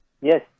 Yes